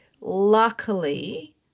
luckily